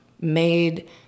made